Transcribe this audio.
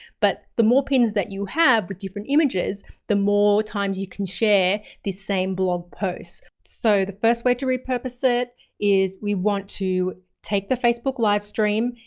but the more pins that you have with different images, the more times you can share the same blog posts. so the first way to repurpose it is we want to take the facebook livestream,